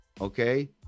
Okay